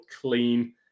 clean